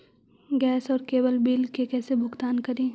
Gas और cable bill के कैसे भुगतान करी?